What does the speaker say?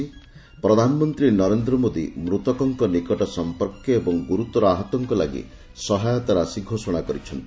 ପ୍ରଧାନମନ୍ତ୍ରୀ ନରେନ୍ଦ୍ର ମୋଦୀ ମୃତକଙ୍କ ନିକଟ ସମ୍ପର୍କୀୟ ଏବଂ ଗୁର୍ତର ଆହତଙ୍କ ଲାଗି ସହାୟତା ରାଶି ଘୋଷଣା କରିଛନ୍ତି